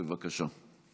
בבקשה.